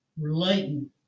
relating